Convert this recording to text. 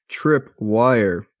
Tripwire